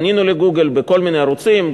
פנינו ל"גוגל" בכל מיני ערוצים,